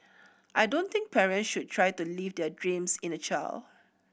I don't think parent should try to live their dreams in a child